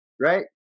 right